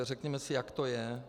Řekněme si, jak to je.